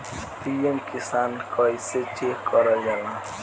PM Kisan कइसे check करल जाला?